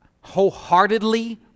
wholeheartedly